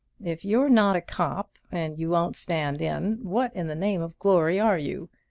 if you're not a cop and you won't stand in, what in the name of glory are you?